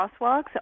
crosswalks